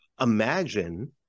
imagine